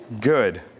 Good